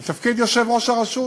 לתפקיד יושב-ראש הרשות.